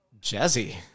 jazzy